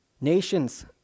Nations